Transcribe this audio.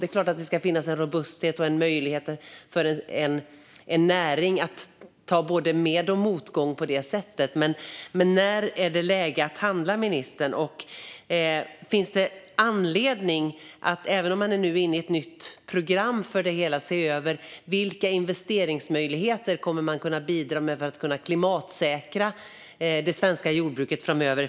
Det är klart att det ska finnas en robusthet i och möjlighet för en näring att möta både med och motgång, men när är det läge att handla, ministern? Finns det anledning, även om man nu är inne i ett nytt program för det hela, att se över vilka investeringsmöjligheter man kommer att kunna bidra med för att klimatsäkra det svenska jordbruket framöver?